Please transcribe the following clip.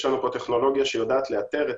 יש לנו פה טכנולוגיה שיודעת לאתר את